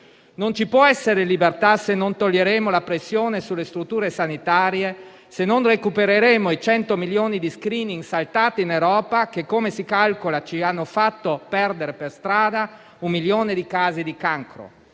Non ci può essere libertà se non toglieremo la pressione sulle strutture sanitarie, se non recupereremo i 100 milioni di *screening* saltati in Europa che, come si calcola, ci hanno fatto perdere per strada un milione di casi di cancro.